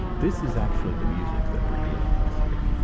this is actually the music that we're dealing with here.